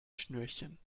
schnürchen